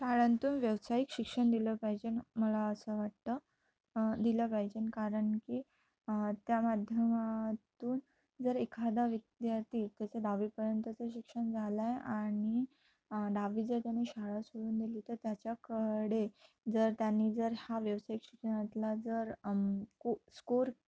शाळांतून व्यावसायिक शिक्षण दिलं पाहिजे न मला असं वाटतं दिलं पाहिजे कारण की त्या माध्यमातून जर एखादा विद्यार्थी त्याचं दहावीपर्यंतचं शिक्षण झालं आहे आणि दहावी जर त्यांनी शाळा सोडून दिली तर त्याच्याकडे जर त्यांनी जर हा व्यावसायिक शिक्षणातला जर को स्कोर